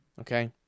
Okay